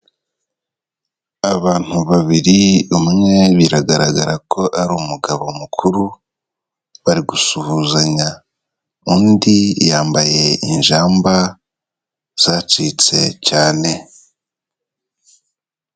Abantu babiri umwe biragaragara ko ari umugabo mukuru, bari gusuhuzanya undi yambaye injamba zacitse cyane.